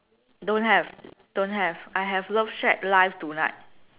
don't have don't have I have love shack live tonight